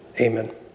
Amen